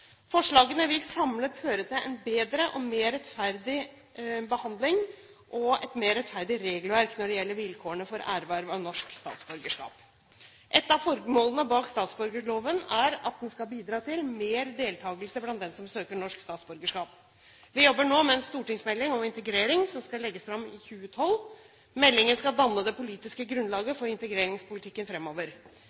Forslagene vil samlet føre til en bedre og mer rettferdig behandling og et mer rettferdig regelverk når det gjelder vilkårene for erverv av norsk statsborgerskap. Et av formålene med statsborgerloven er at den skal bidra til mer deltakelse blant dem som søker norsk statsborgerskap. Vi jobber nå med en stortingsmelding om integrering som skal legges fram i 2012. Meldingen skal danne det politiske grunnlaget for integreringspolitikken